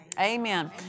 Amen